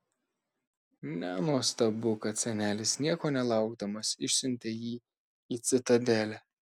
nenuostabu kad senelis nieko nelaukdamas išsiuntė jį į citadelę